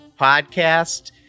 podcast